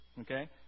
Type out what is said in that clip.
Okay